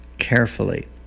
Carefully